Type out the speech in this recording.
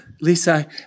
Lisa